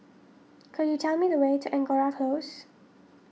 could you tell me the way to Angora Close